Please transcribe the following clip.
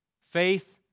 Faith